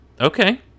Okay